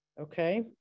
Okay